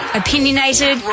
opinionated